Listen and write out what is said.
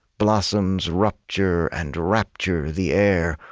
blossoms rupture and rapture the air,